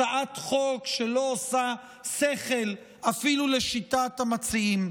הצעת חוק שלא עושה שכל אפילו לשיטת המציעים.